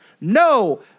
No